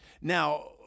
Now